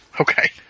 Okay